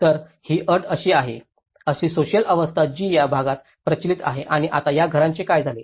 तर ही अट अशी आहे अशी सोसिअल व्यवस्था जी या भागात प्रचलित आहे आणि आता या घरांचे काय झाले